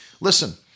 Listen